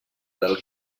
del